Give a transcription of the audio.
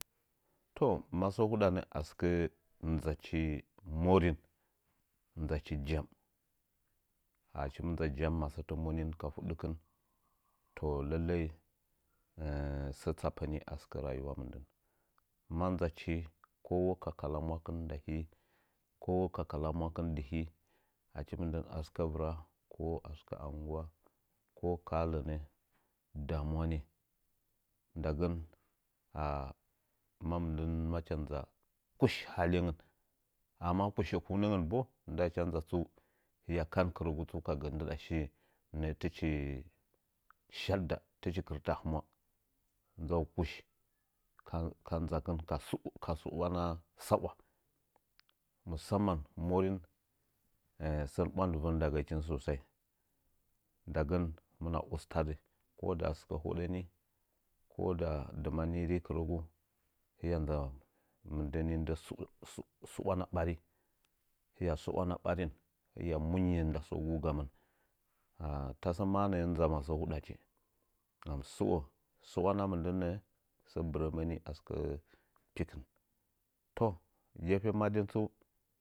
To, masəə huɗanə a kɨrə nzachi morin, nzachi jam. A mɨ nza jam masətə monin ka fuɗɗɨkɨn, to lallai sə tsappə nii a sɨkə raguwa mɨndən. Ma nzachi ko no ka kala mwakɨn dɨ mii ko wo ka kak mwakɨn dɨ lni. Achi mɨndən a sɨkə vɨra ko a sɨkə anguwa, ko ka ha lənən damuwa nii. Ndagən ma mɨndən, macha nza kush haləngən, amma kushe kuunəngən bo a ndaacha nzan hiya kan kɨrəgu tsu ka gə shiye nəə tɨchi tichi shadda, tɨchi kɨrta a humwa. Nzau kush ka nzakɨn ka su’wana sawa. Musamman morin sən bwandɨvən ndagəkin sosai. Ndagən hɨmɨna ustadɨ ko da a sɨkə hoɗə nii ko da dɨma nii ri kɨrəgu, hiya nz’a mɨndə nii ndɨ su’wana ɓari. Hiya suwana ɓarin, hiya munnye shiye ganuu-gamɨn. Tasə maa nə’ə nza masə’ə huɗachi ndama suwana mɨndən nə’ə sə bɨrəmə nii a sɨkə.